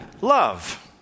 love